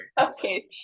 Okay